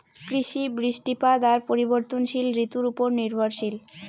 কৃষি, বৃষ্টিপাত আর পরিবর্তনশীল ঋতুর উপর নির্ভরশীল